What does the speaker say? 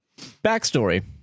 Backstory